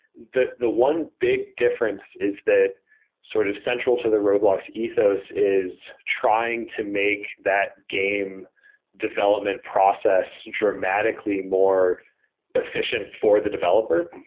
the the one big difference is that sort of central to the roblox ethos is trying to make that game development process dramatically more efficient for the developer.